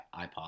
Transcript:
iPod